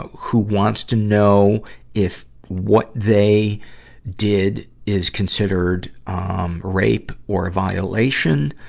ah who wants to know if what they did is considered, um, rape or violation.